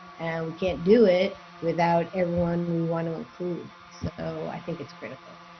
we can't do it without everyone we want to include. so i think it's critical.